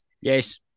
Yes